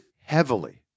heavily